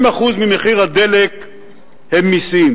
הרי 60% ממחיר הדלק הם מסים,